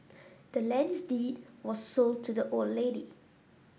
the land's deed was sold to the old lady